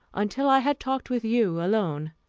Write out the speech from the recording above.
until i had talked with you alone.